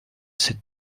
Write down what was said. cette